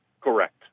Correct